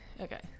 okay